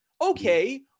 okay